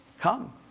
Come